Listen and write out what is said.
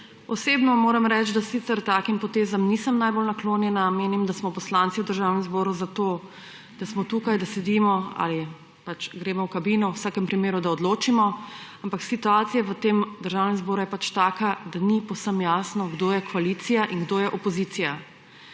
Osebno moram reči, da sicer takim potezam nisem najbolj naklonjena. Menim, da smo poslanci v Državnem zboru zato, da smo tukaj, da sedimo ali pač gremo v kabino, v vsakem primeru da odločimo. Ampak situacija v tem državnem zboru je pač takšna, da ni povsem jasno, kdo je koalicija in kdo je opozicija.